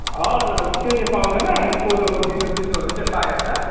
हजुर हजुर त्यो चाहिँ पाउँदैन कोदोको पिठो सिठोहरू चाहिँ पाइहाल्छ